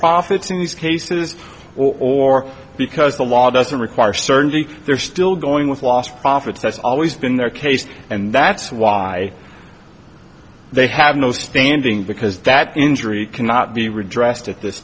profits in these cases or because the law doesn't require certainly they're still going with lost profits that's always been their case and that's why they have no standing because that injury cannot be redressed at this